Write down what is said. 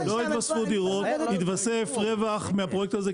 לא היתוספו דירות, היתוסף רווח מהפרויקט הזה.